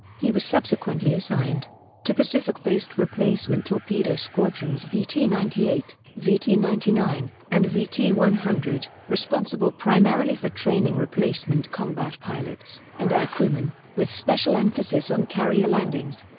he was subsequently assigned to pacific-based replacement torpedo squadrons vt ninety eight, vt ninety nine, and vt one hundred, responsible primarily for training replacement combat pilots and air crewmen, with special emphasis on carrier landings.